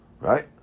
Right